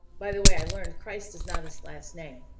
by, the way i learned christ is not his last name?